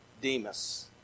Demas